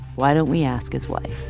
why don't we ask his wife?